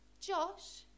Josh